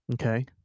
Okay